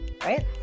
right